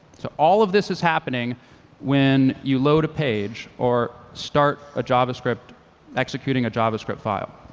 so all of this is happening when you load a page or start a javascript executing a javascript file.